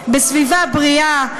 סביבה בריאה,